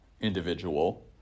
individual